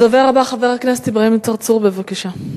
הדובר הבא, חבר הכנסת אברהים צרצור, בבקשה.